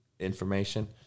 information